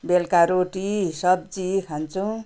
बेलुका रोटी सब्जी खान्छौँ